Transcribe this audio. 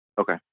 Okay